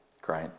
great